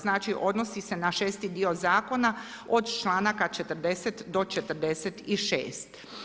Znači odnosi se na 6.-ti dio zakona od članaka 40 do 46.